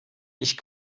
ich